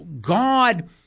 God